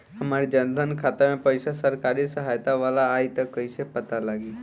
हमार जन धन खाता मे पईसा सरकारी सहायता वाला आई त कइसे पता लागी?